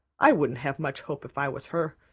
i wouldn't have much hope if i was her.